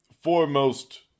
foremost